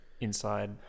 inside